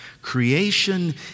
Creation